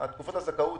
תקופות הזכאות